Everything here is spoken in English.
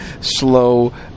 slow